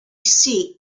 seat